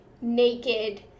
naked